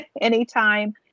anytime